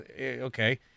okay